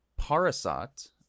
Parasat